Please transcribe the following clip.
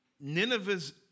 Nineveh's